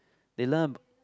they learn ab~